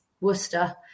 Worcester